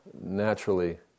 naturally